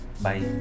Bye